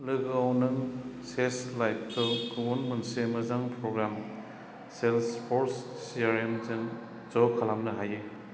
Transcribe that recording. लोगोआव नों सेज लाइबखौ गुबुुन मोनसे मोजां प्रग्राम सेल्सफर्स सिआरएमजों ज' खालामनो हायो